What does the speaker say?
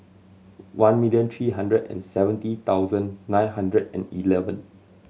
one million three hundred and seventy thousand nine hundred and eleven